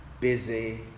busy